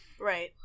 Right